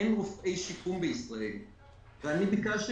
אין רופאי שיקום בישראל ואני ביקשתי